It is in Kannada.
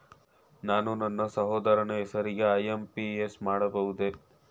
ನಾನು ನನ್ನ ಸಹೋದರನ ಹೆಸರಿಗೆ ಐ.ಎಂ.ಪಿ.ಎಸ್ ಮಾಡಬಹುದೇ?